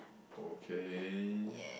okay